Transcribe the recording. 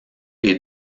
les